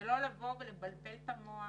ולא לבוא ולבלבל את המוח